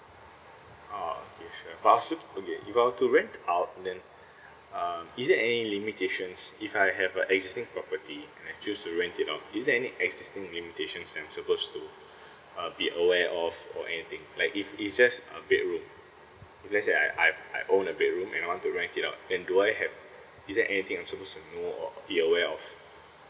uh oh okay sure but I should okay if I want to rent out and then um is there any limitations if I have a existing property and I choose to rent it out is there any existing limitations I'm supposed to uh be aware of or anything like if it's just a bedroom if let's say I I I own a bedroom and I want to rent it out then do I have is there anything I'm supposed to know or be aware of